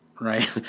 right